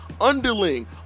underling